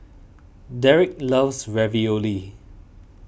Derik loves Ravioli